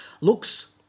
Looks